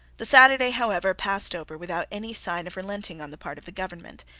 the saturday, however, passed over without any sign of relenting on the part of the government,